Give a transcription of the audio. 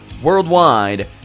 Worldwide